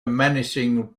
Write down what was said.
menacing